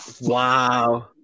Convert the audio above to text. Wow